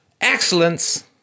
excellence